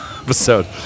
episode